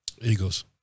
Eagles